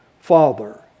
Father